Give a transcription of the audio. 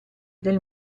del